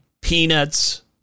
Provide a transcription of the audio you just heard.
Peanuts